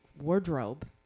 wardrobe